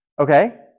Okay